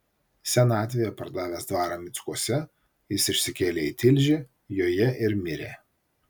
senatvėje pardavęs dvarą mickuose jis išsikėlė į tilžę joje ir mirė